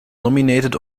nominated